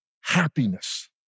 happiness